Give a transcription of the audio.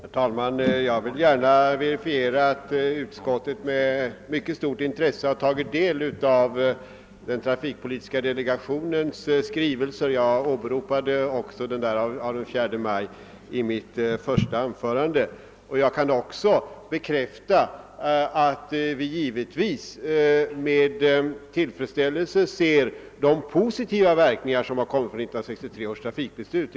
Herr talman! Jag vill gärna. verifiera att utskottet med mycket stort intresse tagit del av den trafikpolitiska delegatiohens 'skrivelse av den 4 maj som jag också åberopade i mitt första anförande. Ävenledes kan jag bekräfta att vi givetvis med tillfredsställelse ser de positiva verkningarna av 1963 års trafikbeslut.